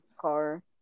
car